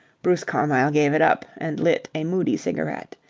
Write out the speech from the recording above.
bruce carmyle gave it up, and lit a moody cigarette.